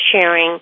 sharing